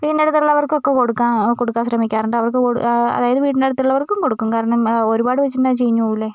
വീടിൻ്റടുത്തുള്ളവർക്കൊക്കെ കൊടുക്കാൻ കൊടുക്കാൻ ശ്രമിക്കാറുണ്ട് അവർക്ക് കൊടുക്കാൻ അതായത് വീടിൻ്റടുത്തുള്ളവർക്കും കൊടുക്കും കാരണം ഒരുപാട് വെച്ചിട്ടുണ്ടെങ്കിൽ ചീഞ്ഞുപോകില്ലെ